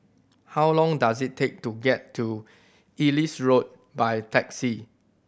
how long does it take to get to Ellis Road by taxi